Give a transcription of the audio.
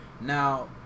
now